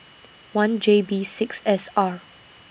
one J B six S R